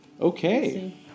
Okay